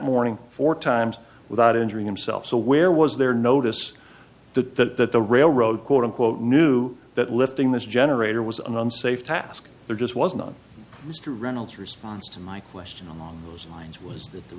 morning four times without injuring themselves so where was their notice that the railroad quote unquote knew that lifting this generator was an unsafe task there just was not mr reynolds response to my question along those lines was that the